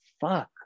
fuck